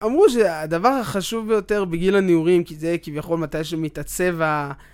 אמרו שהדבר החשוב ביותר בגיל הניעורים כי זה כביכול מתי שמתעצב ה...